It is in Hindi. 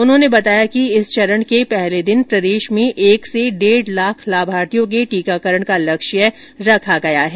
उन्होंने बताया कि इस चरण के पहले दिन प्रदेश में एक से डेढ़ लाख लाभार्थियों के टीकाकरण का लक्ष्य रखा गया है